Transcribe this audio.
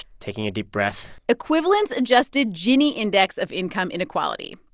taking a deep breath. equivalence-adjusted gini index of income inequality.